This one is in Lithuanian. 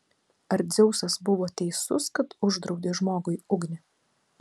ar dzeusas buvo teisus kad uždraudė žmogui ugnį